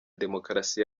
demokarasi